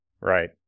Right